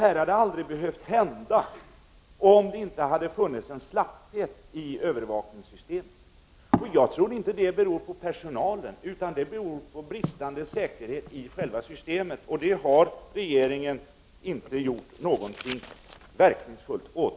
Detta hade aldrig behövt hända om det inte hade funnits en slapphet i övervakningssystemet. Det beror enligt min mening inte på personalen utan på bristande säkerhet i själva systemet. Det har regeringen ännu inte gjort någonting verkningsfullt åt.